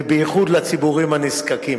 ובייחוד לציבורים הנזקקים.